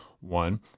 One